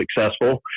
successful